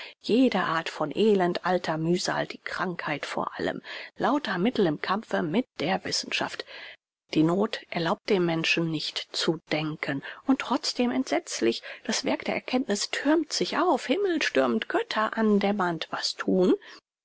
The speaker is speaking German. jede art von elend alter mühsal die krankheit vor allem lauter mittel im kampfe mit der wissenschaft die noth erlaubt dem menschen nicht zu denken und trotzdem entsetzlich das werk der erkenntniß thürmt sich auf himmelstürmend götterandämmernd was thun